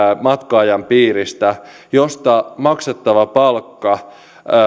matka ajan piiristä josta maksettava palkka